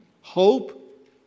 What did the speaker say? hope